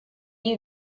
you